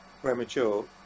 premature